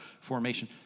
formation